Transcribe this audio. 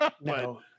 No